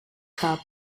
cup